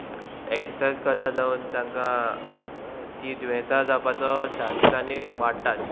exercise करना जावन तांकां ती दुयेंसां जावपाचो चान्सीस आनी वाडटात